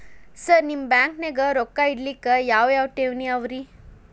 Sir ನಿಮ್ಮ ಬ್ಯಾಂಕನಾಗ ರೊಕ್ಕ ಇಡಲಿಕ್ಕೆ ಯಾವ್ ಯಾವ್ ಠೇವಣಿ ಅವ ರಿ?